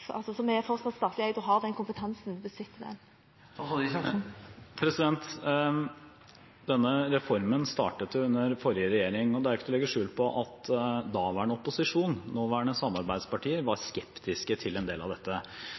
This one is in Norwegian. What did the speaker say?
den kompetansen? Denne reformen startet under den forrige regjeringen, og det er ikke til å legge skjul på at daværende opposisjon, nåværende samarbeidspartier, var skeptisk til en del av dette.